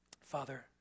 Father